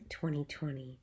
2020